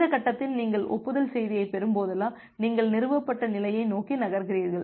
இந்த கட்டத்தில் நீங்கள் ஒப்புதல் செய்தியைப் பெறும்போதெல்லாம் நீங்கள் நிறுவப்பட்ட நிலையை நோக்கி நகர்கிறீர்கள்